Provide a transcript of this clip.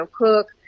cook